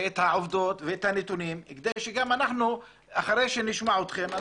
העובדות והנתונים כדי שאחרי שנשמע אתכם,